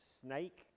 snake